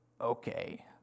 okay